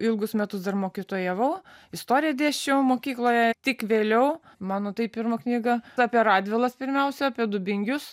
ilgus metus dar mokytojavau istoriją dėsčiau mokykloje tik vėliau mano tai pirma knyga apie radvilas pirmiausia apie dubingius